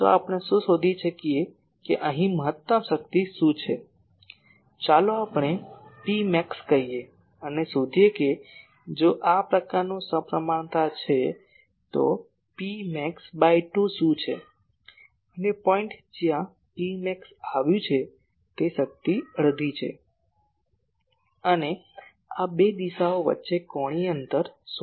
તો આપણે શું શોધી શકીએ કે અહીં મહત્તમ શક્તિ શું છે ચાલો આપણે Pmax કહીએ અને શોધીએ જો આ આ પ્રકારનું સપ્રમાણતા છે તો Pmax બાય 2 શું છે અને પોઈન્ટ જ્યાં Pmax આવ્યું છે શક્તિ અડધી છે અને આ બે દિશાઓ વચ્ચે કોણીય અંતર શોધો